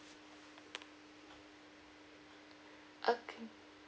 okay